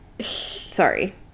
sorry